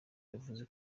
yavuze